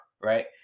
right